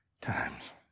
times